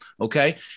Okay